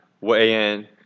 weigh-in